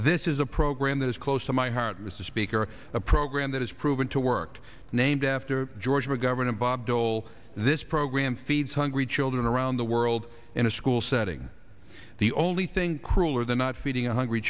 this is a program that is close to my heart mr speaker a program that has proven to work named after george mcgovern and bob dole this program feeds hungry children around the world in a school setting the only thing crueler than not feeding a hungry